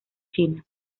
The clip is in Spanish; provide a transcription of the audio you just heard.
china